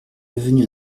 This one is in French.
devenu